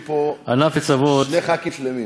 "ענף עץ אבות" יושבים פה שני ח"כים שלמים,